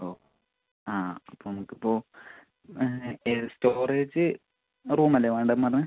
ഓ ആ അപ്പോൾ നമുക്ക് ഇപ്പോൾ എൽ സ്റ്റോറേജ് റൂമ് അല്ലേ വേണ്ടതെന്ന് പറഞ്ഞത്